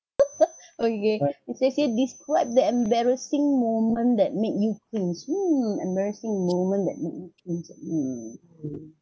okay next question describe the embarrassing moment that make you cringe hmm embarrassing moment that make me cringe ah mm